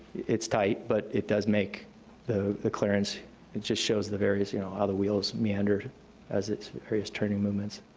it's tight, but it does make the the clearance. it just shows the various, you know, how the wheels meander as its various turning movements.